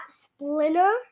Splinter